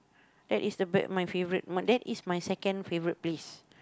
that is the back of my favourite that is my second favourite place